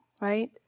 right